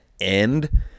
end